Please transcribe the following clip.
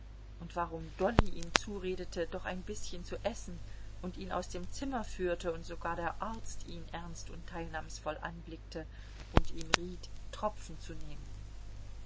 und warum dolly ihm zuredete doch ein bißchen zu essen und ihn aus dem zimmer führte und sogar der arzt ihn ernst und teilnahmsvoll anblickte und ihm riet tropfen zu nehmen